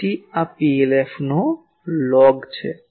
તેથી આ PLFનો લોગ છે